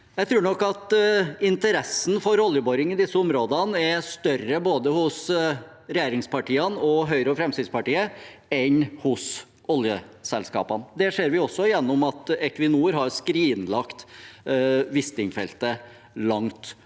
Jeg tror nok at interessen for oljeboring i disse områdene er større både hos regjeringspartiene og Høyre og Fremskrittspartiet enn hos oljeselskapene. Det ser vi også gjennom at Equinor har skrinlagt Wisting-feltet langt nord.